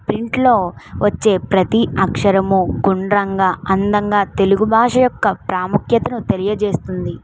ప్రింట్లో వచ్చే ప్రతి అక్షరము గుండ్రంగా అందంగా తెలుగు భాష యొక్క ప్రాముఖ్యతను తెలియజేస్తుంది